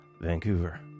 Vancouver